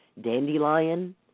Dandelion